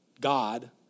God